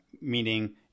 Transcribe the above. meaning